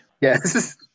Yes